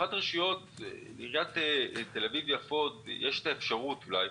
לעיריית תל אביב-יפו יש אפשרות אולי,